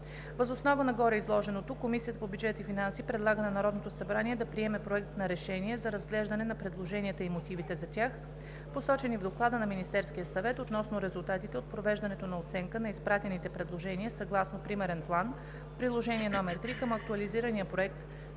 Въз основа на гореизложеното Комисията по бюджет и финанси предлага на Народното събрание да приеме Проект на решение за разглеждане на предложенията и мотивите за тях, посочени в Доклада на Министерския съвет относно резултатите от провеждането на оценка на изпратените предложения съгласно Примерен план (Пътна карта) – Приложение № 3 към Актуализирания проект